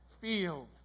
field